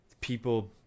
people